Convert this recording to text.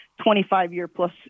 25-year-plus